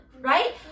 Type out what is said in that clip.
right